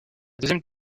deuxième